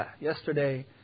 yesterday